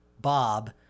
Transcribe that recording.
Bob